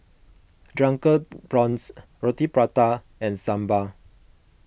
Drunken Prawns Roti Prata and Sambal